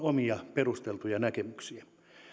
omia perusteltuja näkemyksiä